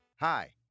Hi